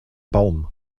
baum